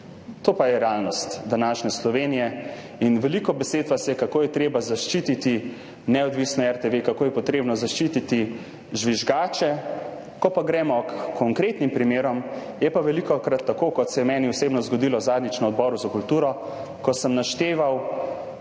To pa je realnost današnje Slovenije. Veliko besed vas je, kako je treba zaščititi neodvisno RTV, kako je potrebno zaščititi žvižgače, ko gremo h konkretnim primerom, je pa velikokrat tako, kot se je meni osebno zgodilo zadnjič na Odboru za kulturo, ko sem našteval